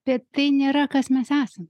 bet tai nėra kas mes esam